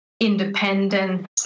independent